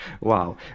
wow